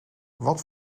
wat